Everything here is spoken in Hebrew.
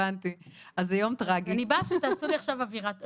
אז אני באה שתעשו לי היום אווירה טובה.